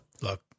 Look